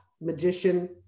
magician